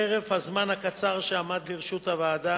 חרף הזמן הקצר שעמד לרשות הוועדה